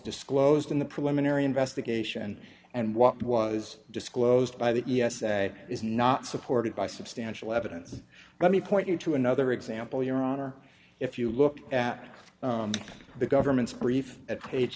disclosed in the preliminary investigation and what was disclosed by the e s a is not supported by substantial evidence let me point you to another example your honor if you look at the government's brief at page